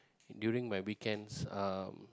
during my weekends uh